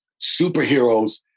superheroes